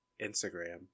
Instagram